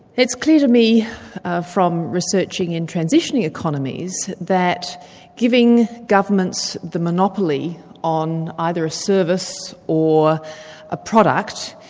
it's clear to me from researching in transition economies, that giving governments the monopoly on either a service or a product,